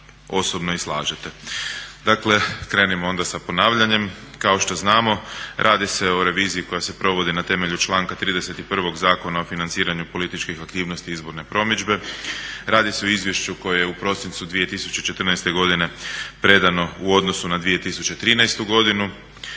osobno i slažete. Dakle krenimo onda sa ponavljanjem. Kao što znamo radi se o reviziji koja se provodi na temelju članka 31. Zakona o financiranju političkih aktivnosti i izborne promidžbe, radi se o izvješću koje u prosincu 2014. godine predano u odnosu na 2013. godinu,